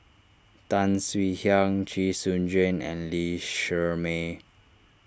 Tan Swie Hian Chee Soon Juan and Lee Shermay